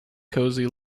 cosy